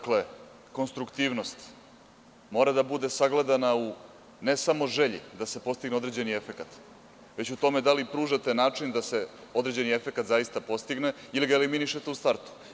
Konstruktivnost mora da bude sagledana ne samo u želji da se postigne određeni efekat, već u tome da li pružate način da se određeni efekat zaista postigne ili ga eliminišete u startu.